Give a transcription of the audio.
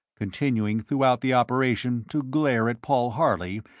continuing throughout the operation to glare at paul harley,